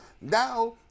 Now